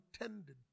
intended